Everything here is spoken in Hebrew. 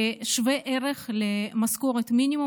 בשווה ערך למשכורת מינימום,